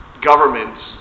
governments